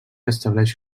estableix